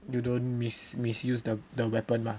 you don't mis~ misuse the the weapon mah